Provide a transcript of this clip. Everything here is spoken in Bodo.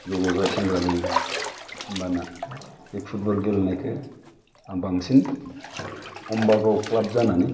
जल' जा सेंग्रा जायो होमबाना बे फुटबल गेलेनायखौ आं बांसिन अमबागाव क्लाब जानानै